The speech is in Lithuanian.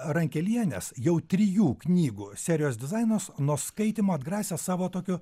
rankelienės jau trijų knygų serijos dizainas nuo skaitymo atgrasė savo tokio